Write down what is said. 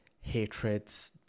hatreds